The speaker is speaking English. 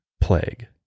plague